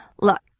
Look